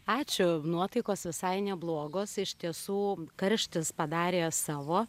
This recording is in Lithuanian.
ačiū nuotaikos visai neblogos iš tiesų karštis padarė savo